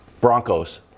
Broncos